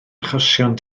achosion